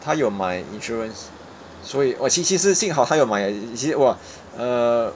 他有买 insurance 所以 !wah! 辛辛是幸好他有买 eh you see !wah! uh